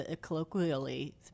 colloquially